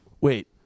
Wait